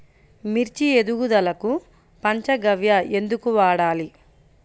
మిర్చి ఎదుగుదలకు పంచ గవ్య ఎందుకు వాడాలి?